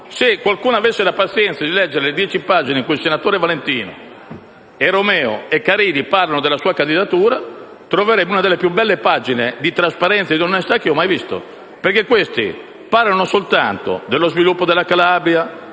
Se qualcuno avesse la pazienza di leggere le dieci pagine in cui il senatore Valentino e Romeo e Caridi parlano della sua candidatura, troverebbe una delle più belle pagine di trasparenza e di onestà che ho mai visto. Perché questi parlano soltanto dello sviluppo della Calabria